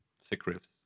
Secrets